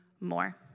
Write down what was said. more